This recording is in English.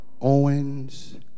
Owens